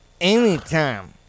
anytime